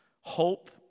hope